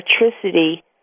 electricity